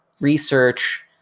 research